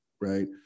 right